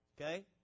Okay